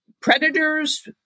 predators